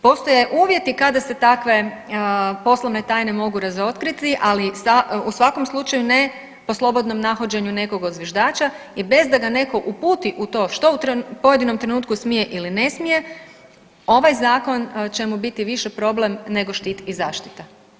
Postoje uvjeti kada se takve poslovne tajne mogu razotkriti, ali u svakom slučaju ne po slobodnom nahođenju nekog od zviždača i bez da ga netko uputi u to što u pojedinom trenutku smije ili ne smije ovaj zakon će mu biti više problem nego štit i zaštita.